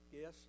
Yes